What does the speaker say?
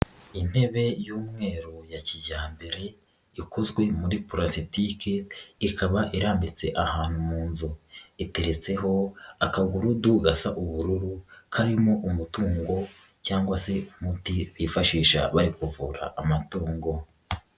Intebe y'umweru ya kijyambere ikozwe muri pulasitiki ikaba irambitse ahantu mu nzu, iteretseho akagururudu gasa ubururu karimo umutungo cyangwa se umuti bifashisha bari kuvura amatungo.